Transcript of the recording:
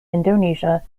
indonesia